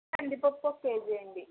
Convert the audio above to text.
కందిపప్పు ఒక కేజీ అండి